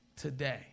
today